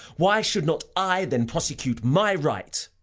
why should not i then prosecute my right?